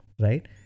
right